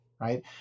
right